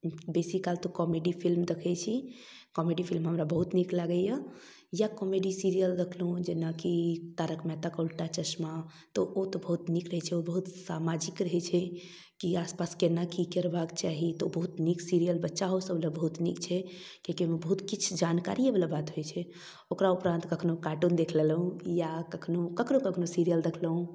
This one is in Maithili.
बेसीकाल तऽ कॉमेडी फिल्म देखै छी कॉमेडी फिल्म हमरा बहुत नीक लगैयऽ या कॉमेडी सीरीयल देखलहुँ जेनाकि तारक मेहता का उल्टा चश्मा तऽ ओ तऽ बहुत नीक रहै छै ओ बहुत सामाजिक रहै छै कि आसपास कोना की करबाक चाही तऽ ओ बहुत नीक सीरीयल बच्चा हो सब लए बहुत नीक छै किएक कि ओइमे बहुत किछु जानकारीये वाला बात होइ छै ओकरा उपरान्त कखनो कार्टून देख लेलहुँ या कखनो कखनो कखनो सीरीयल देखलहुँ